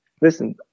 listen